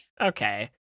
okay